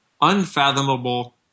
unfathomable